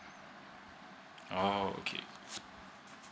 oh okay